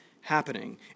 happening